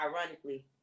ironically